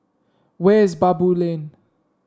where is Baboo Lane